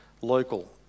local